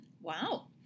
Wow